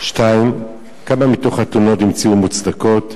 2. כמה מתוך התלונות נמצאו מוצדקות?